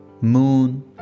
moon